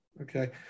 Okay